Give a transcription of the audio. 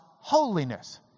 holiness